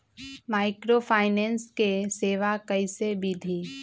Microfinance के सेवा कइसे विधि?